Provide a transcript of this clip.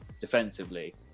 defensively